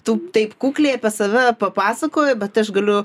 tu taip kukliai apie save papasakoji bet aš galiu